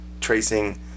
tracing